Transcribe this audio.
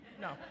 No